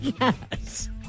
Yes